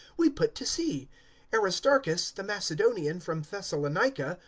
we put to sea aristarchus, the macedonian, from thessalonica,